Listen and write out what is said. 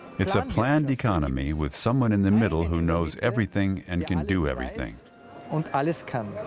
it's a planned economy with someone in the middle who knows everything and can do everything on alice can